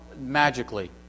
magically